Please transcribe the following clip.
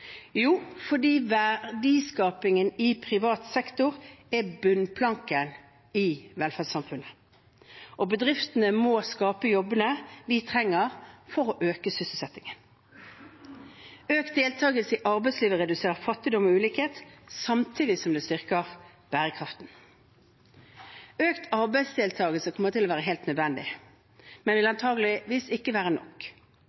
Jo, fordi verdiskapingen i privat sektor er bunnplanken i velferdssamfunnet. Bedriftene må skape jobbene vi trenger for å øke sysselsettingen. Økt deltakelse i arbeidslivet reduserer fattigdom og ulikhet samtidig som det styrker bærekraften. Økt arbeidsdeltakelse kommer til å være helt nødvendig, men vil